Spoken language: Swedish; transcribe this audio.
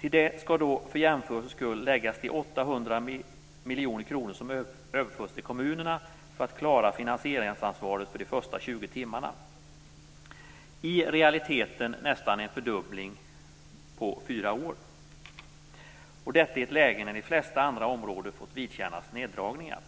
Till det skall då för jämförelsens skull läggas de 800 miljoner kronor som överförs till kommunerna för att klara finansieringsansvaret för de första 20 timmarna. I realiteten innebär detta nästan en fördubbling på fyra år - och detta i ett läge när de flesta andra områden fått vidkännas neddragningar.